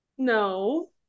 no